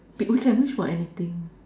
may we can wish for anything